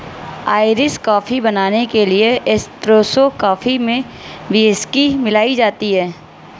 Irish coffee बनाने के लिए एस्प्रेसो कॉफी में व्हिस्की मिलाई जाती है